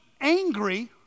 angry